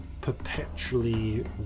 perpetually